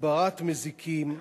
הדברת מזיקים,